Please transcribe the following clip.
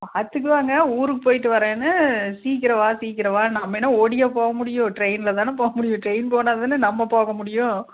அதுக்கு தாங்க ஊருக்கு போயிவிட்டு வரேன்னு சீக்கிரம் வா சீக்கிரம் வா நம்ம என்ன ஓடியா போக முடியும் ட்ரெயின்ல தான போகமுடியும் ட்ரெயின் போனால் தானே நம்ம போகமுடியும்